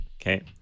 Okay